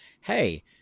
hey